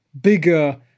bigger